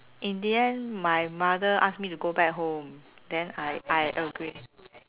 in the end my mother ask me to go back home then I I agree